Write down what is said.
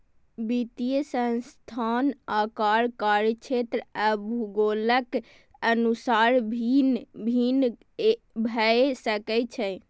वित्तीय संस्थान आकार, कार्यक्षेत्र आ भूगोलक अनुसार भिन्न भिन्न भए सकै छै